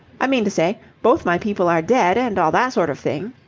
i mean to say, both my people are dead and all that sort of thing.